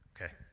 Okay